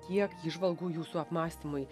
tiek įžvalgų jūsų apmąstymui